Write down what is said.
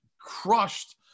crushed